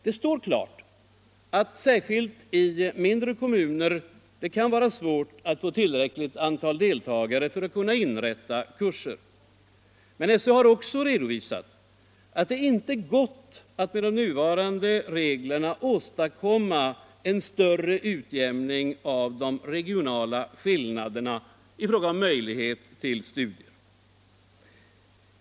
Det står klart att man särskilt i mindre kommuner kan ha svårt att få tillräckligt antal deltagare för att kunna inrätta kurser. Men SÖ har också redovisat att det inte gått att med de nuvarande bestämmelserna åstadkomma någon större utjämning av de regionala skillnaderna i fråga om möjligheter till studier.